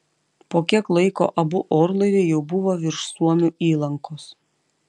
po kiek laiko abu orlaiviai jau buvo virš suomių įlankos